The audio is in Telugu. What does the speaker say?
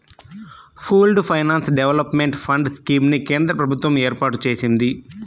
pooled finance development fund scheme ని కేంద్ర ప్రభుత్వం ఏర్పాటు చేసింది